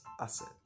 asset